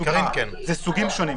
סוגים שונים.